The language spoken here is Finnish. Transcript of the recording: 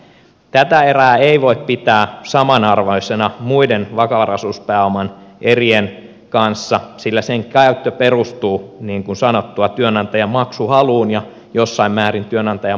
tätä erää ei voi pitää samanarvoisena muiden vakavaraisuuspääoman erien kanssa sillä sen käyttö perustuu niin kuin sanottua työnantajan maksuhaluun ja jossain määrin työnantajan maksukykyynkin